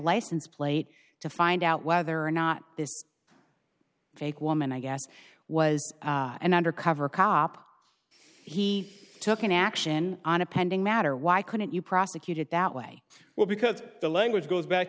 license plate to find out whether or not this fake woman i guess was an undercover cop he took an action on a pending matter why couldn't you prosecute it that way well because the language goes back